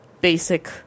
basic